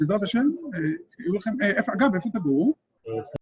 בעזרת ה', שיהיו לכם. אגב, איפה תגורו?